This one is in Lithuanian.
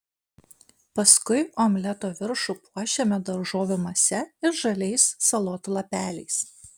paskui omleto viršų puošiame daržovių mase ir žaliais salotų lapeliais